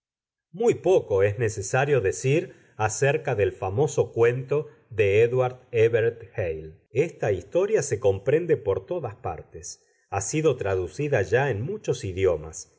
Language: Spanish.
muy poco es necesario decir acerca del famoso cuento de édward éverett hale esta historia se comprende por todas partes ha sido traducida ya en muchos idiomas